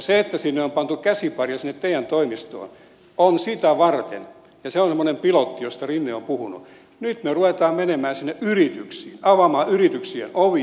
se että sinne te toimistoon on pantu käsipareja on sitä varten ja se on semmoinen pilotti josta rinne on puhunut että nyt me rupeamme menemään sinne yrityksiin avaamaan yrityksien ovia